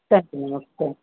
thank you madam okay thank you